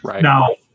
Now